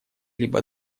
либо